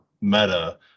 meta